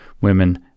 women